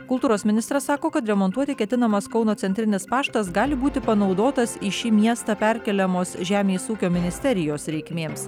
kultūros ministras sako kad remontuoti ketinamas kauno centrinis paštas gali būti panaudotas į šį miestą perkeliamos žemės ūkio ministerijos reikmėms